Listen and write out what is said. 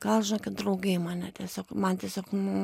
gal žinokit draugai mane tiesiog man tiesiog nu